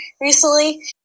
recently